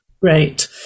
Great